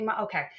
Okay